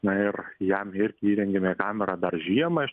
na ir jam ir įrengėme kamerą dar žiemą